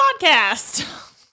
podcast